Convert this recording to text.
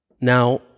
now